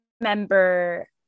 remember